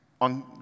on